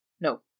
No